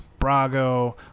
Brago